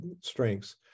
strengths